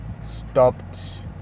stopped